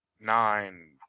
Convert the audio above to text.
nine